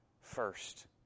first